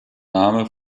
name